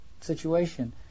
situation